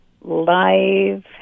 live